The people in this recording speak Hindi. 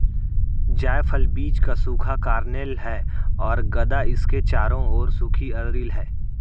जायफल बीज का सूखा कर्नेल है और गदा इसके चारों ओर सूखी अरिल है